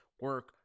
Work